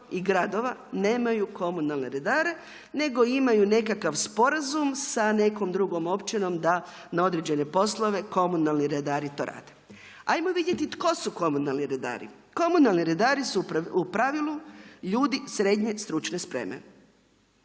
i gradova nemaju komunalne redare, nego imaju nekakav sporazum sa nekom drugom općinom da na određene poslove komunalni redari to rade. Hajmo vidjeti tko su komunalni redari? Komunalni redari su u pravilu ljudi srednje stručne spreme.